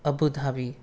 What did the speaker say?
Abu Dhabi